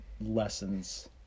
lessons